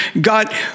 God